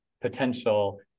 potential